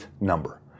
number